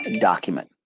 document